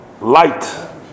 light